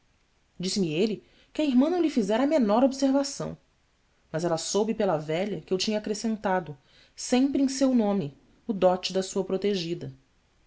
passado disse-me ele que a irmã não lhe fizera a menor observação mas ela soube pela velha que eu tinha acrescentado sempre em seu nome o dote da sua protegida